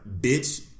Bitch